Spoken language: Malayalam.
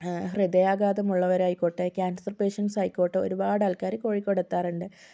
ഹൃദയാഘാതം ഉള്ളവരായിക്കോട്ടെ കാൻസർ പേഷ്യൻസ് ആയിക്കോട്ടെ ഒരുപാട് ആൾക്കാർ കോഴിക്കോട് എത്താറുണ്ട്